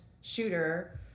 shooter